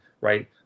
right